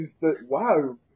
wow